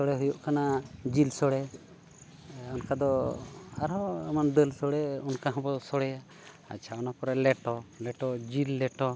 ᱥᱚᱲᱮ ᱦᱩᱭᱩᱜ ᱠᱟᱱᱟ ᱡᱤᱞ ᱥᱚᱲᱮ ᱚᱱᱠᱟ ᱫᱚ ᱟᱨ ᱦᱚᱸ ᱫᱟᱹᱞ ᱥᱚᱲᱮ ᱚᱱᱠᱟ ᱦᱚᱸ ᱵᱚ ᱥᱚᱲᱮᱭᱟ ᱟᱪᱪᱷᱟ ᱚᱱᱟ ᱯᱚᱨᱮ ᱞᱮᱴᱚ ᱞᱮᱴᱚ ᱡᱤᱞ ᱞᱮᱴᱚ